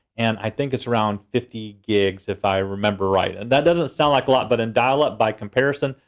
and i think it's around fifty gigs if i remember right. and that doesn't sound like a lot but in dial-up by comparison,